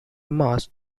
mass